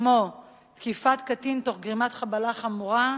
כמו תקיפת קטין תוך גרימת חבלה חמורה,